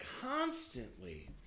constantly